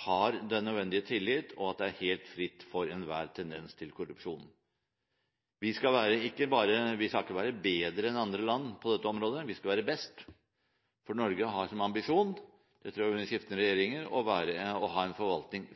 har den nødvendige tillit, og at det er helt fritt for enhver tendens til korrupsjon. Vi skal ikke bare være bedre enn andre land på dette området, vi skal være best, for Norge har under skiftende regjeringer som ambisjon å ha en forvaltning